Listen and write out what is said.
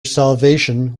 salvation